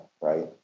right